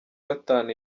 gatatu